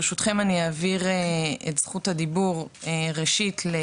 ברשותכם ראשית אני אעביר את זכות הדיבור לנועם.